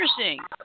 interesting